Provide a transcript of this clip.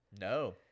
no